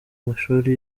mashuri